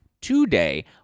Today